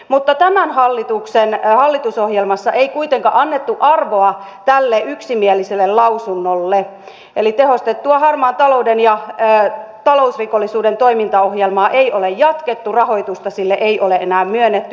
mutta tämän hallituksen hallitusohjelmassa ei kuitenkaan annettu arvoa tälle yksimieliselle lausunnolle eli tehostettua harmaan talouden ja talousrikollisuuden toimintaohjelmaa ei ole jatkettu rahoitusta sille ei ole enää myönnetty